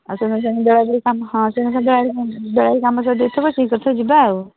ଆଉ ତୁମେ ଯାଇକି ବେଳା ବେଳି କାମ ହଁ ସେହିଦିନ ବେଳା ବେଳି ବେଳା ବେଳି କାମ ସାରି ଦେଇଥିବ ଶୀଘ୍ର ତ ଯିବା ଆଉ